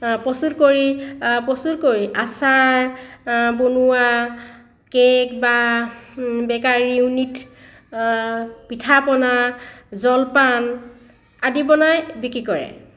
প্ৰস্তুত কৰি আচাৰ বনোৱা কেক বা বেকাৰী ইউনিট পিঠা পনা জলপান আদি বনাই বিক্ৰী কৰে